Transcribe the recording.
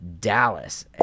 Dallas